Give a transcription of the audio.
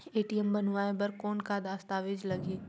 ATM बनवाय बर कौन का दस्तावेज लगही?